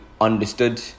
understood